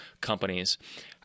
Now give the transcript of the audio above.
companies